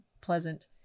pleasant